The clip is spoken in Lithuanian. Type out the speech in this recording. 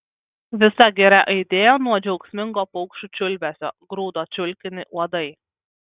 visa giria aidėjo nuo džiaugsmingo paukščių čiulbesio grūdo čiulkinį uodai